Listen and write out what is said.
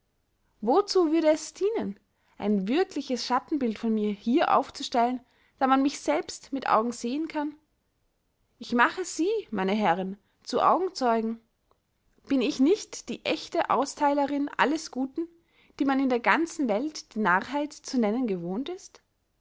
wozu würde es dienen ein würkliches schattenbild von mir hier aufzustellen da man mich selbst mit augen sehen kann ich mache sie meine herren zu augenzeugen bin ich nicht die ächte austheilerinn alles guten die man in der ganzen welt die narrheit zu nennen gewohnt ist